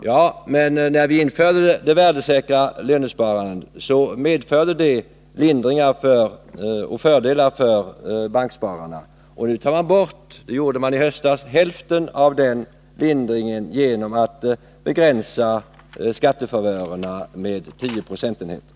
Ja, när vi införde det värdesäkra lönesparandet medförde det lindringar och fördelar för bankspararna, men i höstas tog man bort hälften av den lindringen genom att begränsa skattefavörerna med 10 procentenheter.